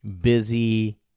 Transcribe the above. busy